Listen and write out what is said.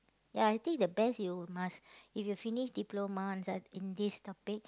ya I think the best you must if you finish diploma on s~ in this topic